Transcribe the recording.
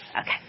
Okay